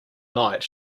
night